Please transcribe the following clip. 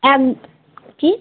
আর কী